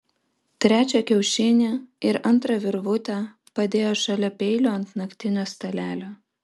trečią kiaušinį ir antrą virvutę padėjo šalia peilio ant naktinio stalelio